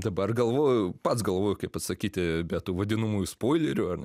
dabar galvoju pats galvoju kaip atsakyti be tų vadinamųjų spoilerių ar ne